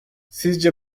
sizce